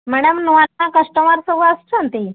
madam ନୂଆ ନୂଆ customer ସବୁ ଆସୁଛନ୍ତି